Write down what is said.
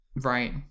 Right